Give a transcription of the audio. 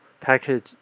package